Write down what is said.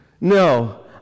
No